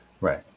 Right